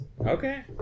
Okay